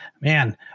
Man